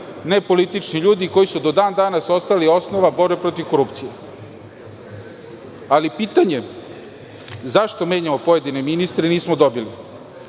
nepolitični ljudi, koji su do dan danas ostali osnova borbe protiv korupcije. Odgovor na pitanje zašto menjamo pojedine ministre nismo dobili.